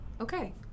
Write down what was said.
okay